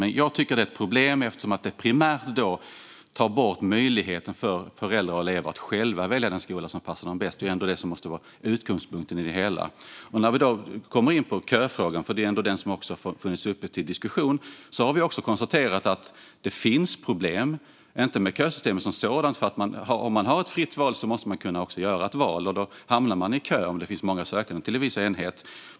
Men jag tycker att det är ett problem, eftersom det primärt tar bort möjligheten för föräldrar och elever att själva välja den skola som passar dem bäst. Det måste ändå vara utgångspunkten. När vi kommer in på köfrågan - det är ändå den som har varit uppe till diskussion - har vi konstaterat att det finns problem, men inte med kösystemet som sådant. Om det ska vara ett fritt val måste man kunna göra ett val, och om det finns många sökande till en viss enhet hamnar man i kö.